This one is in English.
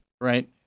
right